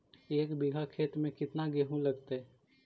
एक बिघा खेत में केतना गेहूं लगतै?